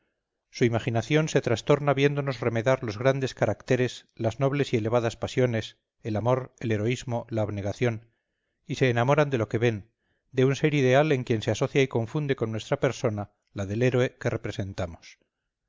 su imaginación se trastorna viéndonos remedar los grandes caracteres las nobles y elevadas pasiones el amor el heroísmo la abnegación y se enamoran de lo que ven de un ser ideal en quien se asocia y confunde con nuestra persona la del héroe que representamos